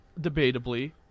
debatably